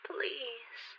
Please